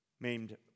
named